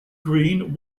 green